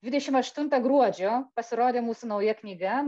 dvidešim aštuntą gruodžio pasirodė mūsų nauja knyga